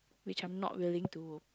which I'm not willing to